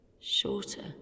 shorter